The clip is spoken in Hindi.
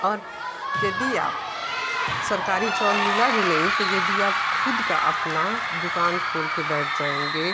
और यदि आप सरकारी जॉब मिला भी नहीं तो यदि आप ख़ुद का अपना दुकान खोल कर बैठ जाएंगे